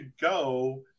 go